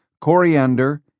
coriander